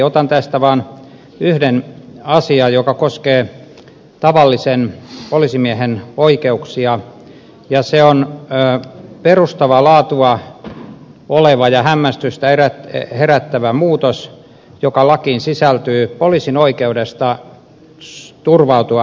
otan tästä vaan yhden asian joka koskee tavallisen poliisimiehen oikeuksia ja se on perustavaa laatua oleva ja hämmästystä herättävä muutos joka lakiin sisältyy poliisin oikeudesta turvautua hätävarjeluun